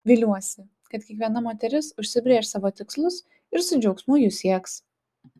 viliuosi kad kiekviena moteris užsibrėš savo tikslus ir su džiaugsmu jų sieks